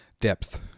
depth